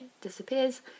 disappears